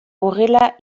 horrela